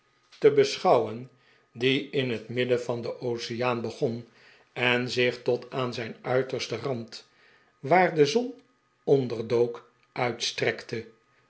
dood schouwen die in het midden van den oceaan begon en zich tot aan zijn uitersten rand waar de zon onderdook uitstrekte